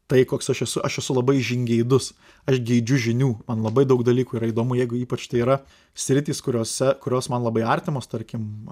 tai koks aš esu aš esu labai žingeidus aš geidžiu žinių man labai daug dalykų yra įdomu jeigu ypač tai yra sritys kuriose kurios man labai artimos tarkim